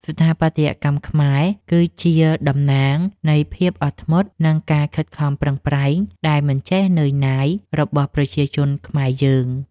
ស្ថាបត្យកម្មខ្មែរគឺជាតំណាងនៃភាពអត់ធ្មត់ និង ការខិតខំប្រឹងប្រែងដែលមិនចេះនឿយណាយរបស់ប្រជាជនខ្មែរយើង។